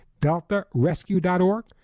DeltaRescue.org